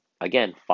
Again